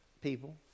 people